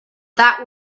that